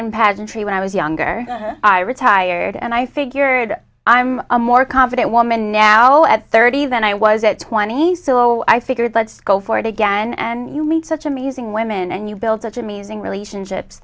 pageantry when i was younger i retired and i figured i'm a more confident woman now at thirty than i was at twenty so i figured let's go for it again and you meet such amazing women and you build such amazing relationships